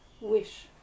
Wish